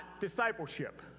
discipleship